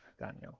Daniel